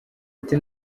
ati